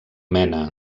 mena